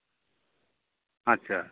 ᱟᱪᱪᱷᱟ